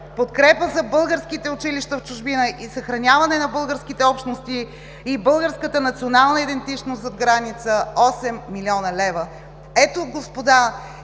подкрепа за българските училища в чужбина и съхраняване на българските общности и българската национална идентичност зад граница – 8 млн. лв.! Ето, господа